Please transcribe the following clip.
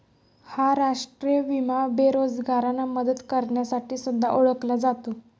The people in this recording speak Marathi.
हा राष्ट्रीय विमा बेरोजगारांना मदत करण्यासाठी सुद्धा ओळखला जातो